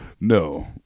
No